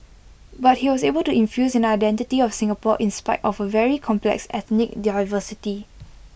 but he was able to infuse an identity of Singapore in spite of A very complex ethnic diversity